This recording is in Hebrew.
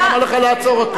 למה לך לעצור אותו?